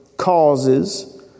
causes